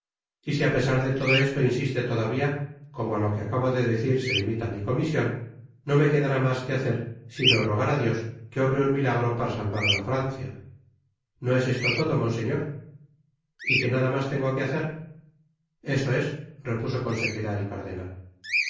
y si apesar de todo esto insiste todavía como á lo que acabo de decir se limita mi comision no me quedará mas que hacer sino rogar á dios que obre un milagro para salvar á la francia no es esto todo monseñor t y que nada mas tengo que hacer eso es repuso con sequedad el cardenal